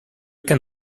can